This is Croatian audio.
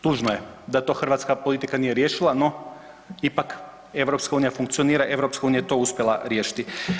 Tužno je da to hrvatska politika nije riješila, no ipak EU funkcionira, EU je to uspjela riješiti.